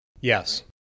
Yes